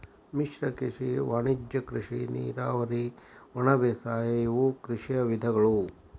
ಮಿಶ್ರ ಕೃಷಿ ವಾಣಿಜ್ಯ ಕೃಷಿ ನೇರಾವರಿ ಒಣಬೇಸಾಯ ಇವು ಕೃಷಿಯ ವಿಧಗಳು